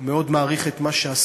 אני מאוד מעריך את מה שעשה,